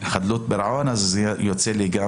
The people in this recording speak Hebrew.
חדלות פירעון, יוצא לי גם